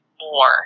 more